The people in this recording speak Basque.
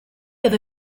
edo